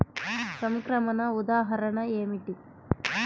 సంక్రమణ ఉదాహరణ ఏమిటి?